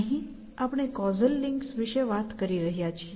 અહીં આપણે causal links વિશે વાત કરી રહ્યા છીએ